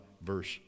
verse